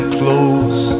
close